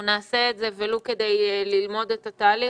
אנחנו נעשה את זה ולו כדי ללמוד את התהליך.